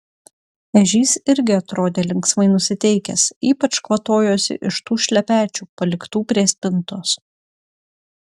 ežys irgi atrodė linksmai nusiteikęs ypač kvatojosi iš tų šlepečių paliktų prie spintos